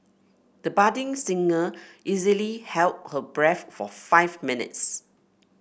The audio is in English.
the budding singer easily held her breath for five minutes